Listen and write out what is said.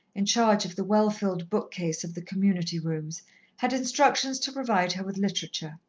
in charge of the well-filled book-case of the community-rooms, had instructions to provide her with literature.